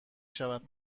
شود